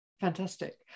Fantastic